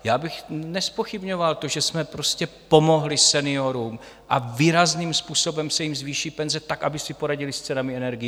Já bych nezpochybňoval to, že jsme pomohli seniorům a výrazným způsobem se jim zvýší penze tak, aby si poradili s cenami energií.